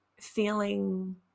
feeling